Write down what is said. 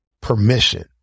permission